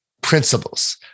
principles